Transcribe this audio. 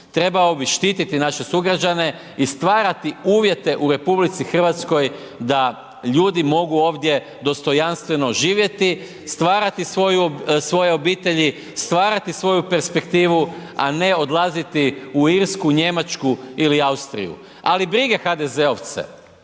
trebao bi štititi naše sugrađane i stvarati uvjete u RH da ljudi mogu ovdje dostojanstveno živjeti, stvarati svoje obitelji, stvarati svoju perspektivu, a ne odlaziti u Irsku, Njemačku ili Austriju, ali brige HDZ-ovce